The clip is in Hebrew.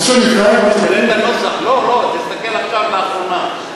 אתה רוצה שאני אקרא, לא, תסתכל עכשיו מה כתוב.